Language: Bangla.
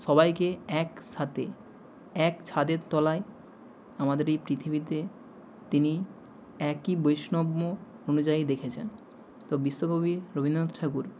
সবাইকে একসাথে এক ছাদের তলায় আমাদের এই পৃথিবীতে তিনি একই বৈষম্য অনুযায়ী দেখেছেন তো বিশ্বকবি রবীন্দ্রনাথ ঠাকুর